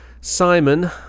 Simon